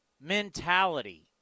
mentality